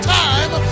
time